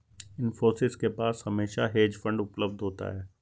इन्फोसिस के पास हमेशा हेज फंड उपलब्ध होता है